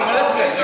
או נגד,